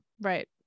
right